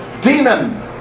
demon